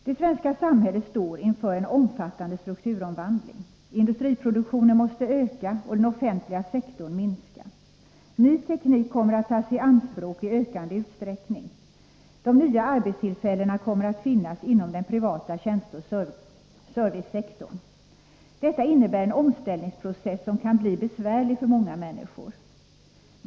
Det svenska samhället står inför en omfattande strukturomvandling. Industriproduktionen måste öka och den offentliga sektorn minska. Ny teknik kommer att tas i anspråk i ökande utsträckning. De nya arbetstillfällena kommer att finnas inom den privata tjänsteoch servicesektorn. Detta innebär en omställningsprocess som kan bli besvärlig för många människor.